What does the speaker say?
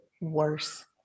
worse